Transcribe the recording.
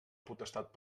potestat